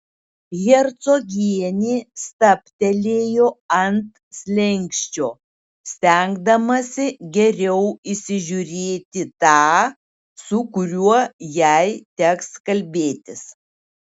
hercogienė stabtelėjo ant slenksčio stengdamasi geriau įsižiūrėti tą su kuriuo jai teks kalbėtis